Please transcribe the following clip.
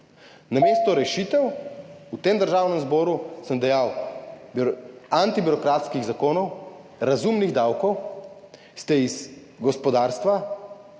Namesto rešitev v Državnem zboru, kot sem dejal, antibirokratskih zakonov, razumnih davkov ste iz gospodarstva